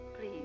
Please